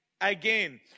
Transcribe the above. again